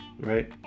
right